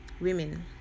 women